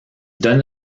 donne